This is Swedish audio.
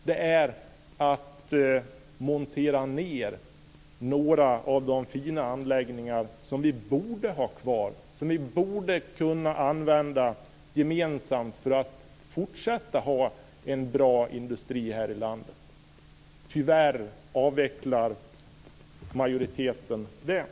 Det är att montera ned några av de fina anläggningar som vi borde ha kvar och som vi borde kunna använda gemensamt för att vi ska kunna fortsätta att ha en bra industri här i landet. Tyvärr avvecklar majoriteten detta.